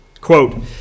Quote